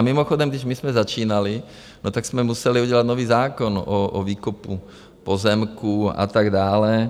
A mimochodem, když my jsme začínali, tak jsme museli udělat nový zákon o výkupu pozemků a tak dále.